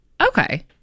Okay